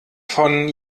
von